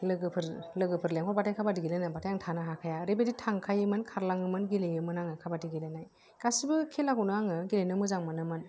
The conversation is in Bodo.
लोगोफोर लोगोफोर लेंहरबाथाय खाबादि गेलेनो होनबाथाय आं थानो हाखाया ओरैबायदि थांखायोमोन खारलांखायोमोन गेलेयोमोन आङो खाबादि गेलेनाय गासिबो खेलाखौनो आङो गेलेनो मोजां मोनोमोन